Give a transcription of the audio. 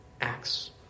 acts